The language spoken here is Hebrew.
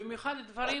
במיוחד דברים